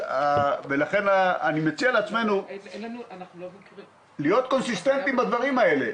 ולכן אני מציע לעצמנו להיות קונסיסטנטיים בדברים האלה.